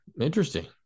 Interesting